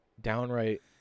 downright